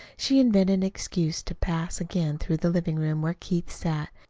she invented an excuse to pass again through the living-room, where keith sat.